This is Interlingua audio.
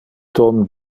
tom